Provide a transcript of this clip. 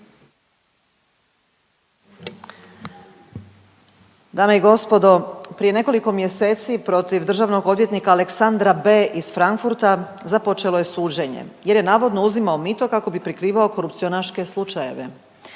Dame i gospodo prije nekoliko mjeseci protiv državnog odvjetnika Aleksandra B. iz Frankfurta započelo je suđenje jer je navodno uzimao mito kako bi prikrivao korupcionaške slučajeve.